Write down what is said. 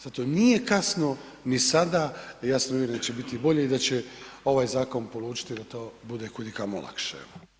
Zato nije kasno ni sada, ja sam uvjeren da će biti bolje i da će ovaj zakon polučiti da to bude kudikamo lakše.